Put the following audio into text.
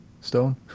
Stone